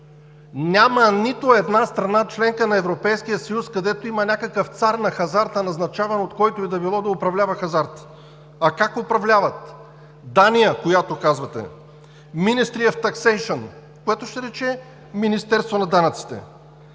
Няма нито една страна – членка на Европейския съюз, където има някакъв цар на хазарта, назначаван от който и да било, да управлява хазарта! А как управляват в Дания, за която казвате? Ministry of taxation, което ще рече Министерство на данъците.